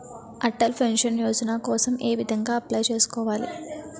Atal pension Yojana కోసం ఏ విధంగా అప్లయ్ చేసుకోవాలి?